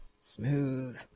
smooth